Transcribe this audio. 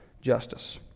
justice